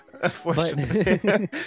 Unfortunately